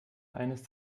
eines